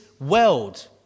world